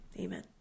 Amen